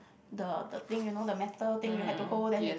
the the thing you know the metal thing you have to hold then you